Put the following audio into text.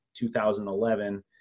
2011